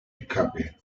escape